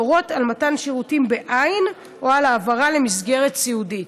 להורות על מתן שירותים בעין או על העברה למסגרת סיעודית.